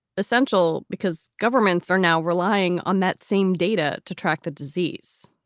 essential because governments are now relying on that same data to track the disease.